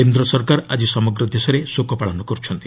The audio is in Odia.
କେନ୍ଦ୍ର ସରକାର ଆଜି ସମଗ୍ର ଦେଶରେ ଶୋକପାଳନ କରୁଛନ୍ତି